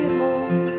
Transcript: home